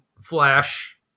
flash